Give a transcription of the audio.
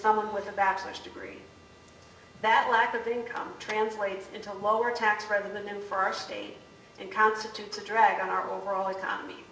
someone with a bachelor's degree that lack of income translates into lower tax revenue for our state and constitutes a drag on our overall economy